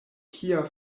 kia